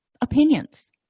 opinions